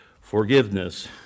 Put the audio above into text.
forgiveness